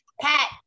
Pat